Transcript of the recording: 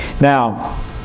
Now